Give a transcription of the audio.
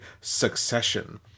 Succession